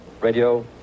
Radio